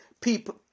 people